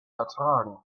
ertragen